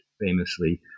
famously